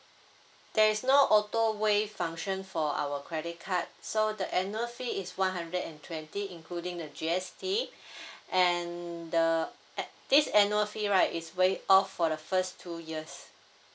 there is no auto waived function for our credit card so the annual fee is one hundred and twenty including the GST and the a~ this annual fee right is waived off for the first two years